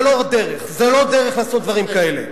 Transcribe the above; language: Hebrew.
זה לא דרך, זה לא דרך לעשות דברים כאלה.